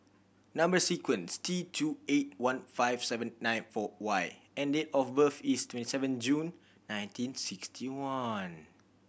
number sequence T two eight one five seven nine four Y and date of birth is twenty seven June nineteen sixty one